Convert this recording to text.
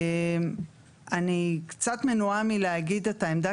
אני קצת מנועה מלהגיד את העמדה,